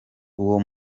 uwo